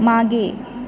मागे